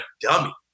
dummy